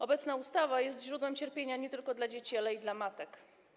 Obecna ustawa jest źródłem cierpienia nie tylko dla dzieci, ale i dla matek.